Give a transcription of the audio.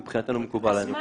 מבחינתנו מקובל עלינו.